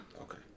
okay